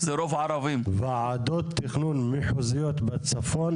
ועדות תכנון מחוזיות בצפון,